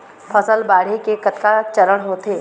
फसल बाढ़े के कतका चरण होथे?